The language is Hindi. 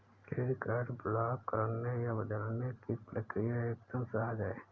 क्रेडिट कार्ड ब्लॉक करने या बदलने की प्रक्रिया एकदम सहज है